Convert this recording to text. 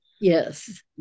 Yes